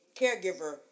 caregiver